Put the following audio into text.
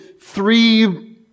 three